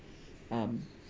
um